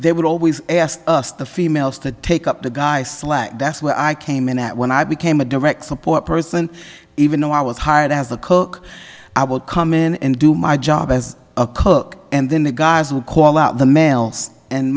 they would always ask us the females to take up the guy slack that's what i came in at when i became a direct support person even though i was hired as a cook i would come in and do my job as a cook and then the guys would call out the males and